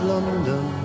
London